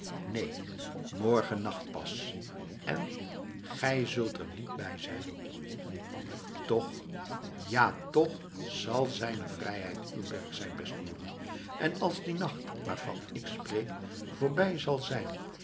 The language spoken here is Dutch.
neen morgen nacht pas en gij zult er niet bij zijn toch ja tch zal zijne vrijheid uw werk zijn beste jongen en als die nacht waarvan ik sprak voorbij zal zijn